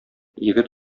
егет